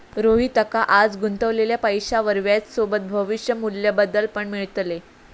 रोहितका आज गुंतवलेल्या पैशावर व्याजसोबत भविष्य मू्ल्य बदल पण मिळतले